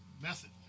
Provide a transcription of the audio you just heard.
method